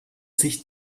sich